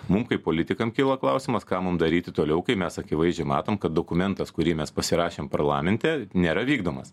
mum kaip politikam kyla klausimas ką mum daryti toliau kai mes akivaizdžiai matom kad dokumentas kurį mes pasirašėm parlamente nėra vykdomas